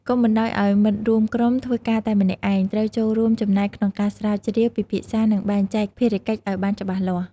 កុំបណ្តោយឱ្យមិត្តរួមក្រុមធ្វើការតែម្នាក់ឯង ត្រូវចូលរួមចំណែកក្នុងការស្រាវជ្រាវ ពិភាក្សា និងបែងចែកភារកិច្ចឱ្យបានច្បាស់លាស់។